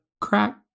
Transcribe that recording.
crack